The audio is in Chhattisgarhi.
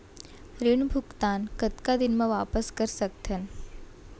ऋण भुगतान कतका दिन म वापस कर सकथन?